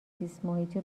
زیستمحیطی